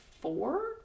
four